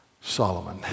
Solomon